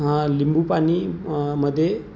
हा लिंबू पाणी मध्ये